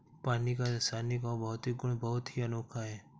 पानी का रासायनिक और भौतिक गुण बहुत ही अनोखा है